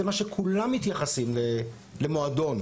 זה מה שכולם מתייחסים למועדון.